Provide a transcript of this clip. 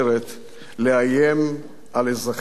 לאיים על אזרחי מדינת ישראל.